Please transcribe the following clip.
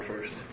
first